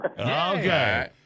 Okay